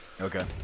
Okay